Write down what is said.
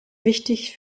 wichtig